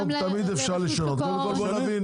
גם לרשות שוק ההון,